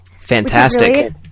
Fantastic